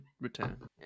return